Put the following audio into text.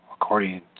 According